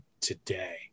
today